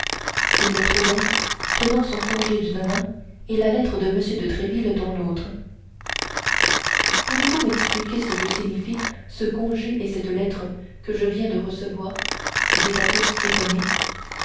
ils le trouvèrent tenant son congé d'une main et la lettre de m de tréville de l'autre pouvez-vous m'expliquer ce que signifient ce congé et cette lettre que je viens de recevoir dit athos étonné